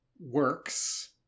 works